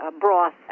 broth